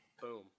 Boom